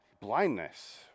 Blindness